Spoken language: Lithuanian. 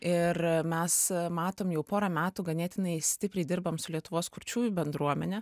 ir mes matom jau porą metų ganėtinai stipriai dirbam su lietuvos kurčiųjų bendruomene